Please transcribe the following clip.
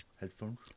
Headphones